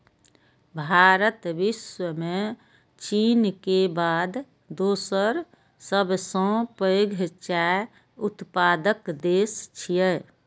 भारत विश्व मे चीन के बाद दोसर सबसं पैघ चाय उत्पादक देश छियै